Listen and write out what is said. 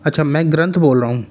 अच्छा मैं ग्रंथ बोल रहा हूँ